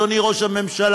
אדוני ראש הממשלה,